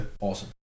Awesome